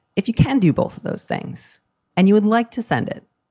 if you can do both of those things and you would like to send it,